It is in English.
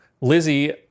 Lizzie